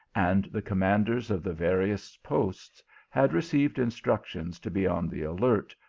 and the commanders of the various posts had received instructions to be on the alert,